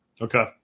Okay